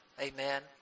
amen